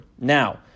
Now